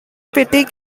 petty